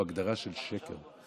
הגדרה של שקר.